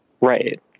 Right